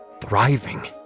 thriving